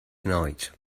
night